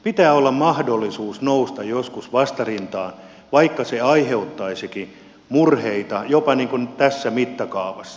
pitää olla mahdollisuus nousta joskus vastarintaan vaikka se aiheuttaisikin murheita jopa tässä mittakaavassa